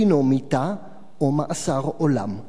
דינו, מיתה או מאסר עולם".